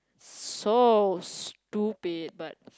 so stupid but